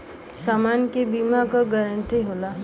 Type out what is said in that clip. समान के बीमा क गारंटी होला